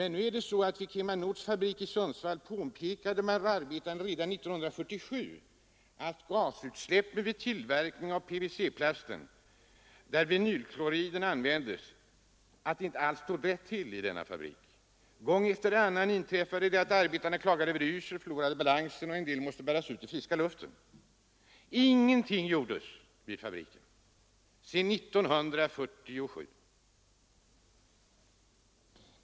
Nu är det så att vid KemaNords fabrik i Sundsvall påpekade arbetarna redan år 1947 att inte allt stod rätt till med gasutsläppen vid tillverkningen av PVC-plast, där vinylklorid används. Gång efter annan inträffade att arbetare klagade över yrsel, förlorade balansen eller måste bäras ut i friska luften. Ingenting gjordes dock vid fabriken.